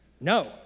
No